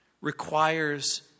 requires